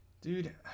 dude